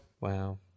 Wow